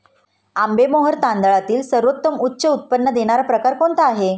आंबेमोहोर तांदळातील सर्वोत्तम उच्च उत्पन्न देणारा प्रकार कोणता आहे?